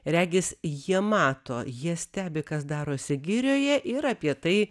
regis jie mato jie stebi kas darosi girioje yra apie tai